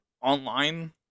online